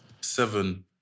seven